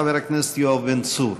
חבר הכנסת יואב בן צור.